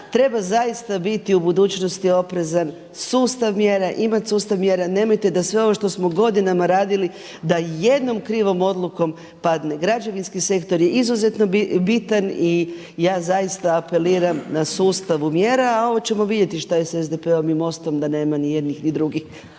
Treba zaista biti u budućnosti oprezan, sustav mjera, imati sustav mjera, nemojte da sve ovo što smo godinama radili da jednom krivom odlukom padne. Građevinski sektor je izuzetno bitan i ja zaista apeliram na sustavu mjera a ovo ćemo vidjeti što je sa SDP-om i MOST-om da nema ni jednih ni drugih.